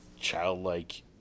childlike